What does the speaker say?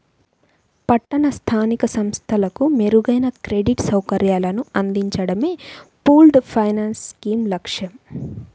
పట్టణ స్థానిక సంస్థలకు మెరుగైన క్రెడిట్ సౌకర్యాలను అందించడమే పూల్డ్ ఫైనాన్స్ స్కీమ్ లక్ష్యం